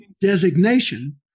designation